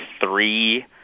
three